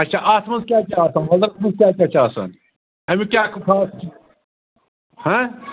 اچھا اَتھ منٛز کیٛاہ کیٛاہ آسان وَلرَس منٛز کیٛاہ کیٛاہ چھِ آسان امیُک کیٛاہ خاص چھِ ہہ